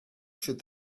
should